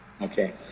Okay